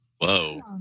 Whoa